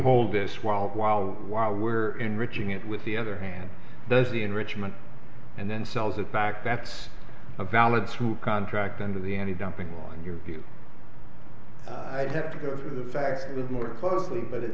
hold this while while while we're enriching it with the other hand does the enrichment and then sells it back that's a valid through contract under the n t dumping on your view i have to go through the fact that more closely but it